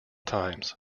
times